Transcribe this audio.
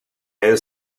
elle